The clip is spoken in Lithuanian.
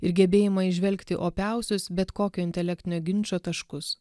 ir gebėjimą įžvelgti opiausius bet kokio intelektinio ginčo taškus